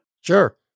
Sure